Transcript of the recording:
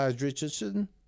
Richardson